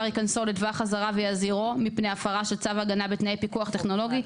היכנסו לטווח האזהרה ויזהירו מפני הפרה של צו ההגנה בתנאי פיקוח טכנולוגי,